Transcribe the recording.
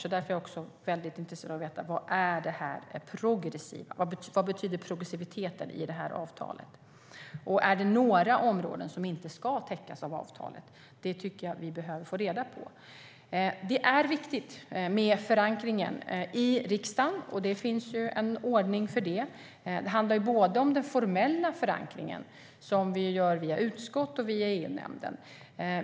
Jag är därför intresserad av att veta vad progressiviteten i avtalet betyder. Är det några områden som inte ska täckas av avtalet? Det behöver vi få reda på. Det är viktigt med förankringen i riksdagen. Det finns en ordning för det, och den formella förankringen sker i utskott och EU-nämnd.